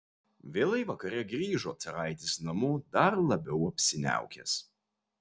vėlai vakare grįžo caraitis namo dar labiau apsiniaukęs